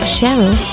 Cheryl